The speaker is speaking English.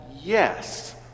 yes